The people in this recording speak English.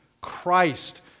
Christ